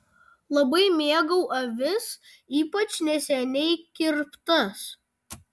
labai mėgau avis ypač neseniai kirptas